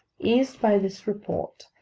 eased by this report,